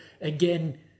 again